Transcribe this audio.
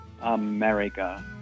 America